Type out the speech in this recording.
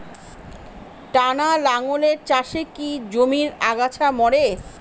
টানা লাঙ্গলের চাষে কি জমির আগাছা মরে?